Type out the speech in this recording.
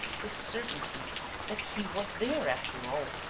the certainty that he was there after all,